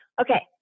Okay